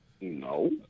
no